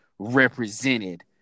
represented